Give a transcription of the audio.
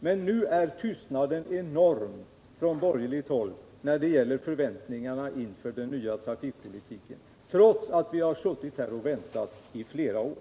Men nu är tystnaden enorm från borgerligt håll när det gäller förväntningarna inför den nya trafikpolitiken, trots att vi har suttit här och väntat i flera år.